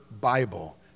Bible